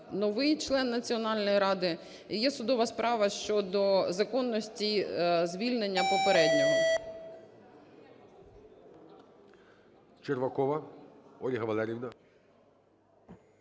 новий член Національної ради. І є судова справа щодо законності звільнення попереднього.